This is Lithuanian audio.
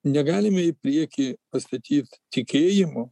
negalime į priekį pastatyt tikėjimo